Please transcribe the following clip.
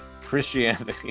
Christianity